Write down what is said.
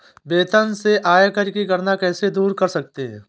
वेतन से आयकर की गणना कैसे दूर कर सकते है?